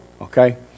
Okay